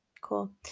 Cool